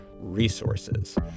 resources